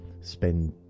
spend